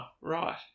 right